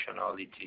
functionality